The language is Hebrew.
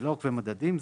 זה לא עוקבי מדדים,